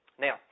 Now